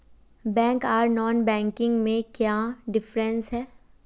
Bank आर non banking में क्याँ डिफरेंस है?